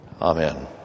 Amen